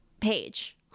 page